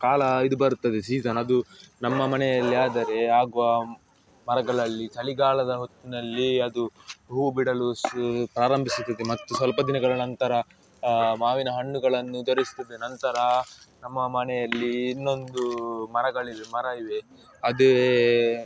ಕಾಲ ಇದು ಬರುತ್ತದೆ ಸೀಸನ್ ಅದು ನಮ್ಮ ಮನೆಯಲ್ಲಿ ಆದರೆ ಆಗುವ ಮರಗಲಲ್ಲಿ ಚಳಿಗಾಲದ ಹೊತ್ತಿನಲ್ಲಿ ಅದು ಹೂವು ಬಿಡಲು ಸು ಪ್ರಾರಂಭಿಸುತ್ತಿದೆ ಮತ್ತು ಸ್ವಲ್ಪ ದಿನಗಳ ನಂತರ ಮಾವಿನ ಹಣ್ಣುಗಳನ್ನು ದೊರಿಸ್ತದೆ ನಂತರ ನಮ್ಮ ಮನೆಯಲ್ಲಿ ಇನ್ನೊಂದು ಮರಗಳಿದೆ ಮರ ಇವೆ ಅದೇ